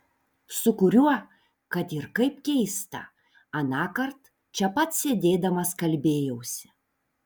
su kuriuo kad ir kaip keista anąkart čia pat sėdėdamas kalbėjausi